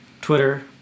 Twitter